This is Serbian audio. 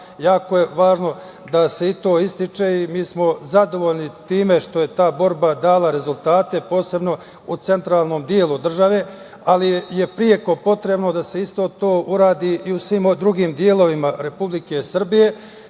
Jako je važno da se i to ističe. Mi smo zadovoljni time što je ta borba dala rezultate posebno u centralnom delu države, ali je preko potrebno da isto to uradi i u svim ostalim drugim delovima Republike Srbije.